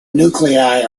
nuclei